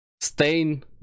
Stain